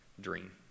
dream